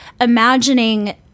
imagining